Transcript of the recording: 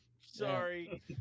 Sorry